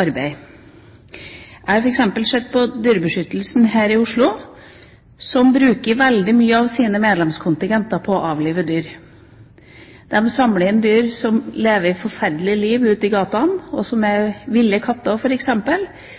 arbeid. Jeg har f.eks. sett at Dyrebeskyttelsen her i Oslo, bruker veldig mye av medlemskontingenten på å avlive dyr. De samler inn dyr som lever et forferdelig liv ute i gatene, ville katter f.eks., og de bruker da medlemskontingenten som